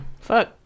fuck